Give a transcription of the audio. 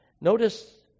Notice